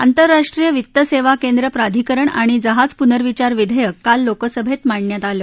आंतर्राष्ट्रीय वित्तसेवा केंद्र प्रधिकरण आणि जहाज पुर्नवापर विधेयक काल लोकसभेत मांडण्यात आलं